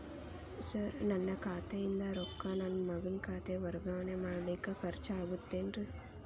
Sir ನನ್ನ ಖಾತೆಯಿಂದ ರೊಕ್ಕ ನನ್ನ ಮಗನ ಖಾತೆಗೆ ವರ್ಗಾವಣೆ ಮಾಡಲಿಕ್ಕೆ ಖರ್ಚ್ ಆಗುತ್ತೇನ್ರಿ?